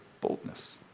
boldness